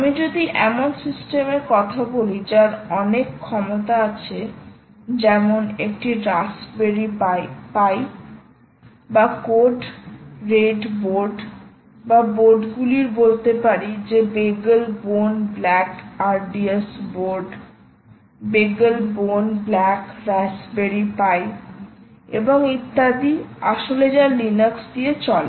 আমি যদি এমন সিস্টেমে কথা বলি যার অনেক ক্ষমতা আছে যেমন একটি রাস্পবেরি পাই বা কোড রেইড বোর্ড বা বোর্ডগুলি বলতে পারি যা BeagleBone Black RDS board BeagleBone Black Raspberry Pi এবং ইত্যাদি আসলে যা লিনাক্স দিয়ে চলে